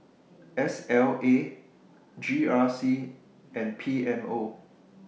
S L A G R C and P M O